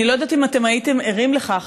אני לא יודע אם הייתם ערים לכך,